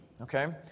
Okay